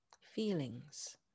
feelings